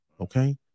Okay